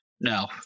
No